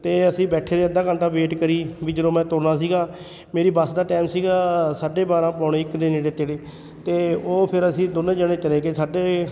ਅਤੇ ਅਸੀਂ ਬੈਠੇ ਰਹੇ ਅੱਧਾ ਘੰਟਾ ਵੇਟ ਕਰੀ ਵੀ ਜਦੋਂ ਮੈਂ ਤੁਰਨਾ ਸੀਗਾ ਮੇਰੀ ਬੱਸ ਦਾ ਟਾਈਮ ਸੀਗਾ ਸਾਢੇ ਬਾਰ੍ਹਾਂ ਪੋਣੇ ਇੱਕ ਦੇ ਨੇੜੇ ਤੇੜੇ ਅਤੇ ਉਹ ਫਿਰ ਅਸੀਂ ਦੋਨੋ ਜਣੇ ਚਲੇ ਗਏ ਸਾਢੇ